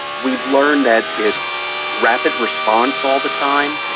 we've learned that it's rapid response all the time,